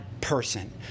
person